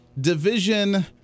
division